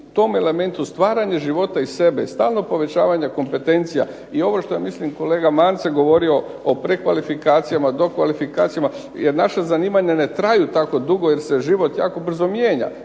tom elementu stvaranje života i sebe i stalno povećanje kompetencija i ovo što ja mislim kolega Mance govorio o prekvalifikacijama o dokvalifikacijama jer naša zanimanja ne traju tako dugo jer se život jako brzo mijenja.